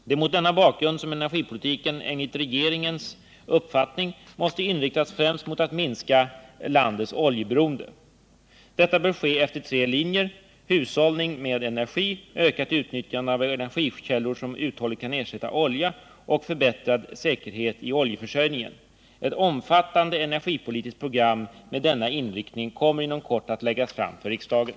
Det är mot denna bakgrund som energipolitiken enligt regeringens uppfattning måste inriktas främst mot att minska landets oljeberoende. Detta bör ske efter tre linjer: hushållning med energi, ökat utnyttjande av energikällor som uthålligt kan ersätta olja och förbättrad säkerhet i oljeförsörjningen. Ett omfattande energipolitiskt program med denna inriktning kommer inom kort att läggas fram för riksdagen.